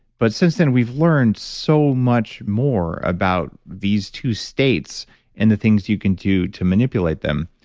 but since then we've learned so much more about these two states and the things you can do to manipulate them.